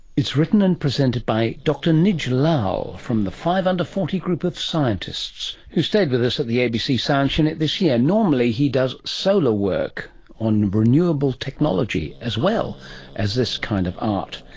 it is written and presented by dr nij lal from the five under forty group of scientists who stayed with us at the abc science unit this year. normally he does solar work on renewable technology as well as this kind of art.